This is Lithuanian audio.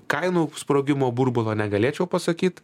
kainų sprogimo burbulo negalėčiau pasakyt